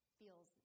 feels